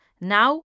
now